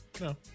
No